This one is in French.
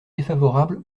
défavorable